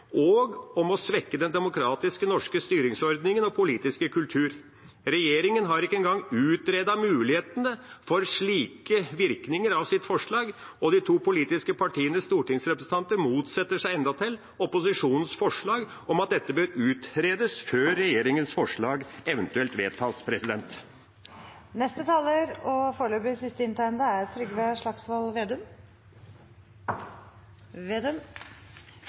og om å svekke den demokratiske norske styringsordningen og politiske kulturen. Regjeringa har ikke engang utredet mulighetene for slike virkninger av sitt forslag, og de to politiske partienes stortingsrepresentanter motsetter seg endatil opposisjonens forslag om at dette bør utredes, før regjeringas forslag eventuelt vedtas. Dette er jo en veldig prinsipiell debatt, og det vi må tenke gjennom når vi driver med lovgivning, er